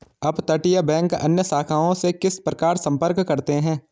अपतटीय बैंक अन्य शाखाओं से किस प्रकार संपर्क करते हैं?